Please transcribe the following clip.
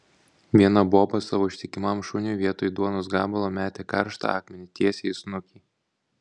viena boba savo ištikimam šuniui vietoj duonos gabalo metė karštą akmenį tiesiai į snukį